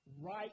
right